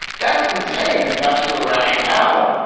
that's insane. if that's your rationale.